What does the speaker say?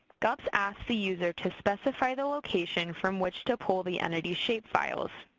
gups asks the user to specify the location from which to pull the entity's shapefiles.